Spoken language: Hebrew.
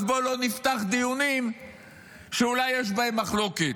אז בואו לא נפתח דיונים שאולי יש בהם מחלוקת.